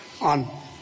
on